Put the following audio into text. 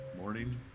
morning